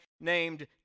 named